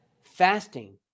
Fasting